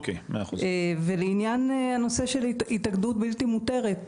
ולעניין הנושא של התאגדות בלתי מותרת,